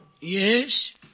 Yes